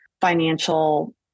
financial